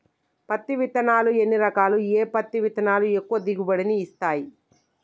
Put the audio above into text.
పత్తి విత్తనాలు ఎన్ని రకాలు, ఏ పత్తి విత్తనాలు ఎక్కువ దిగుమతి ని ఇస్తాయి?